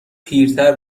پیرتر